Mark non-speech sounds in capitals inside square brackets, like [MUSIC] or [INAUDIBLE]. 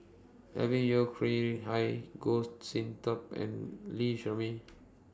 Alvin Yeo Khirn Hai Goh Sin Tub and Lee Shermay [NOISE]